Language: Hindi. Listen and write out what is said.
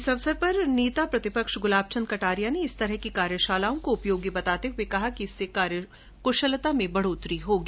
इस अवसर पर नेता प्रतिपक्ष गुलाबचन्द कटारिया ने इस तरह की कार्यशालाओं को उपयोगी बताते हये कहा कि इससे कार्यक्शलता में बढोतरी होगी